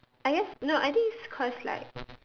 I guess no I think it's cause like